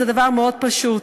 זה דבר מאוד פשוט.